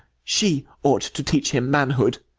she ought to teach him manhood.